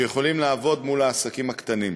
שיכולים לעבוד מול העסקים הקטנים.